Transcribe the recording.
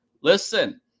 listen